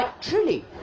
Truly